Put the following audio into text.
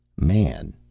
man,